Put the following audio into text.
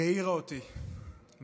היא העירה אותי מהשינה.